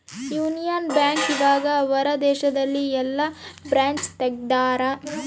Union bank ಇವಗ ಹೊರ ದೇಶದಲ್ಲಿ ಯೆಲ್ಲ ಬ್ರಾಂಚ್ ತೆಗ್ದಾರ